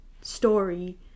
story